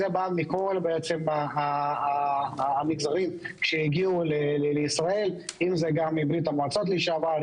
זה בא מכל המגזרים שהגיעו לישראל: מברית המועצות לשעבר,